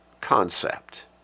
concept